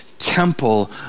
temple